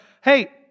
hey